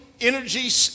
energy